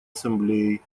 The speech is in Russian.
ассамблеей